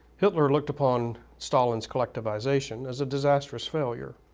hitler looked upon stalin's collectivization as a disastrous failure,